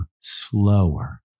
slower